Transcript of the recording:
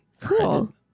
Cool